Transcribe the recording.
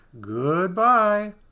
Goodbye